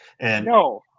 No